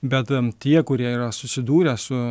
bet ten tie kurie yra susidūrę su